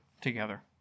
together